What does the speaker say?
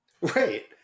Right